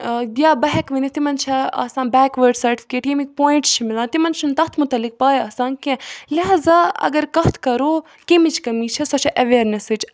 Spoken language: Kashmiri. یا بہٕ ہیٚکہٕ ؤنِتھ تِمَن چھےٚ آسان بیک وٲڑ سرٹِفِکیٹ ییٚمِکۍ پویِنٛٹٕس چھِ مِلان تِمَن چھُنہٕ تَتھ مُتعلِق پاے آسان کینٛہہ لِہذا اگر کَتھ کَرو کمِچ کٔمی چھےٚ سۄ چھےٚ اٮ۪ویرنٮ۪سٕچ